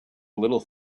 little